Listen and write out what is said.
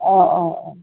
অঁ অঁ অঁ